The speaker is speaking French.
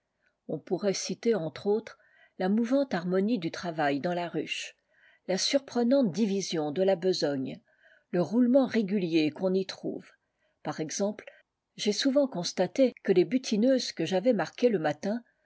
on pourrait citer entre autres la mouvante harmonie du travail dans la ruche la surprenante division de la besogne le roulement régulier qu'on y trouve par exemple j'ai souvent constaté que les butineuses que j'avais marquées le matin